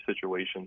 situations